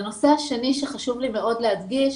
הנושא השני שחשוב לי מאוד להדגיש,